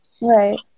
Right